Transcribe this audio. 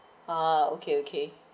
ah okay okay